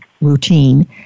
routine